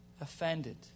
offended